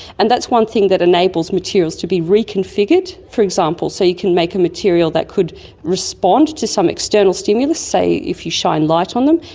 and that's one thing that enables materials to be reconfigured, for example. so you can make a material that could respond to some external stimulus, say, if you shine light on them,